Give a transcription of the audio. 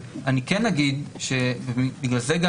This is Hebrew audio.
ב-3 מקרים צו מבחן זה לא מצטבר ב-2 צו שירות